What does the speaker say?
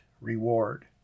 reward